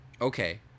Okay